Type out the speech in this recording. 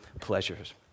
pleasures